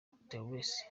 guterres